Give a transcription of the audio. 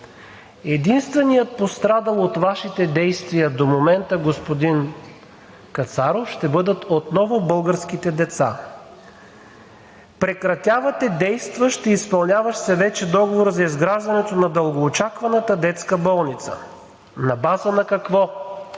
Единственият пострадал от Вашите действие до момента, господин Кацаров, ще бъдат отново българските деца. Прекратявате действащ и изпълняващ се вече договор за изграждането на дългоочакваната детска болница. На база на какво